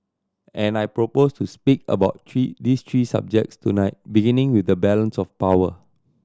and I propose to speak about three these three subjects tonight beginning with the balance of power